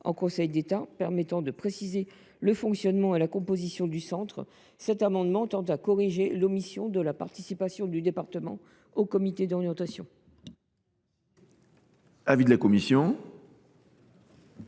en Conseil d’État permettant de préciser le fonctionnement et la composition du centre, cet amendement tend à corriger l’omission de la participation du département au comité d’orientation.